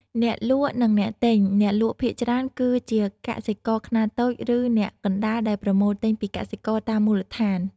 អ្នកលក់ និងអ្នកទិញ អ្នកលក់ភាគច្រើនគឺជាកសិករខ្នាតតូច ឬអ្នកកណ្តាលដែលប្រមូលទិញពីកសិករតាមមូលដ្ឋាន។